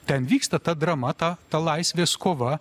ten vyksta ta drama ta ta laisvės kova